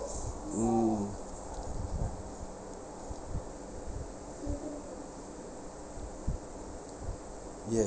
mm yeah